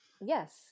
Yes